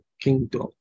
kingdom